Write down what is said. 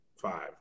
five